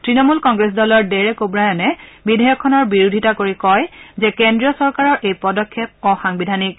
তৃণমূল কংগ্ৰেছ দলৰ ডেৰেক অ' ৱায়েনে বিধেয়কখনৰ বিৰোধিতা কৰি কয় যে কেন্দ্ৰীয় চৰকাৰৰ এই পদক্ষেপ অসাংবিধানিক